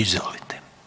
Izvolite.